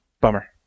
bummer